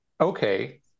okay